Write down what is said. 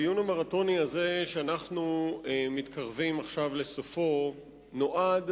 הדיון המרתוני הזה שאנחנו מתקרבים לסופו נועד